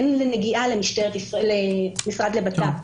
אין לזה נגיעה למשרד לבט"פ.